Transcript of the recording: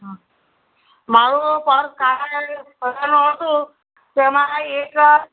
મારું પર્સ કાળા કલરનું હતું તેમાં એક